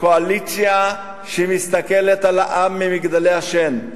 קואליציה שמסתכלת על העם ממגדלי השן,